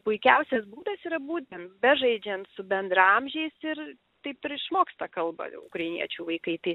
puikiausias būdas yra būtent bežaidžiant su bendraamžiais ir taip ir išmoksta kalbą ukrainiečių vaikai tai